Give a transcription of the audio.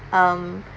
um